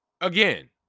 Again